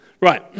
Right